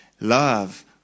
Love